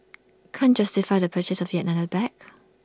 can't justify the purchase of yet another bag